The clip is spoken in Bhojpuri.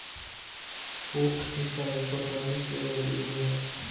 उप सिचाई पटवनी के एगो विधि ह